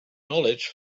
knowledge